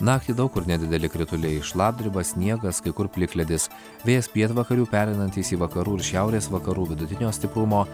naktį daug kur nedideli krituliai šlapdriba sniegas kai kur plikledis vėjas pietvakarių pereinantis į vakarų ir šiaurės vakarų vidutinio stiprumo